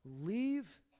leave